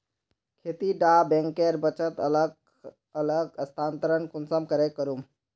खेती डा बैंकेर बचत अलग अलग स्थानंतरण कुंसम करे करूम?